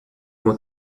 uma